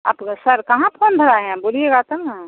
आप वो सर कहाँ फोन लगाए हैं बोलिएगा तब न